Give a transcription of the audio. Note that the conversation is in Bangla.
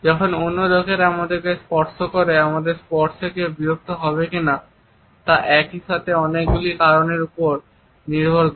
যখন অন্য লোকেরা আমাদের স্পর্শ করে আমাদের স্পর্শে কেউ বিরক্ত হবে কিনা তা একই সাথে অনেকগুলি কারণের উপর নির্ভর করে